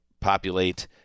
populate